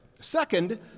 Second